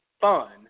fun